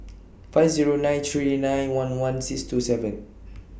five Zero nine three nine one one six two seven